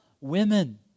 women